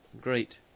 great